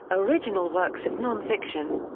original works of non-fiction.